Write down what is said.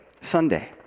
Sunday